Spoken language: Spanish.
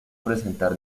presentar